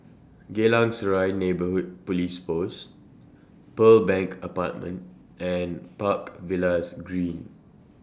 Geylang Serai Neighbourhood Police Post Pearl Bank Apartment and Park Villas Green